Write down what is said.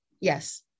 Yes